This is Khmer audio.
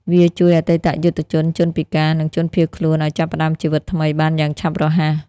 វាជួយអតីតយុទ្ធជន ជនពិការ និងជនភៀសខ្លួនឱ្យចាប់ផ្តើមជីវិតថ្មីបានយ៉ាងឆាប់រហ័ស។